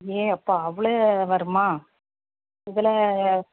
ஏ அப்பா அவ்வளோ வருமா இதில்